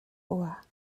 boas